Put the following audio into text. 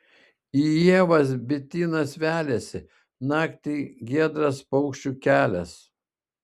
į ievas bitynas veliasi naktį giedras paukščių kelias